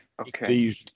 Okay